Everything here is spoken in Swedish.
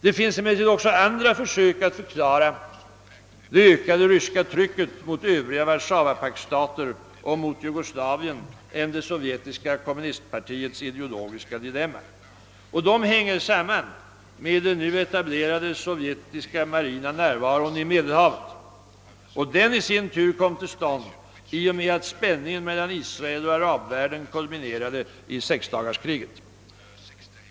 Det finns emellertid också andra försök att förklara det ökade ryska trycket mot övriga Warszawapaktstater och mot Jugoslavien än det sovjetiska kommunistpartiets ideologiska dilemma. De hänger samman med den nu etablerade sovjetiska marina närvaron i Medelhavet. Denna i sin tur kom till stånd i och med att spänningen mellan Israel och arabvärlden kulminerade i sexdagarskriget.